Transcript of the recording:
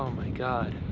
my god.